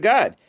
God